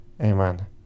Amen